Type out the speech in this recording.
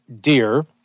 dear